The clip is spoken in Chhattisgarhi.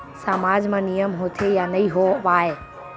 सामाज मा नियम होथे या नहीं हो वाए?